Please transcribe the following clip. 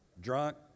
Drunk